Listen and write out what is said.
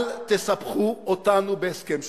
אל תסבכו אותנו בהסכם שלום.